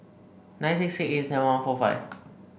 nine six six eight seven one four five